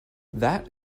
that